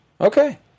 okay